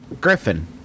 Griffin